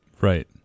Right